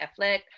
affleck